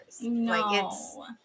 No